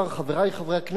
חברי חברי הכנסת,